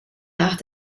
nach